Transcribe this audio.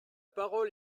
parole